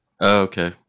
okay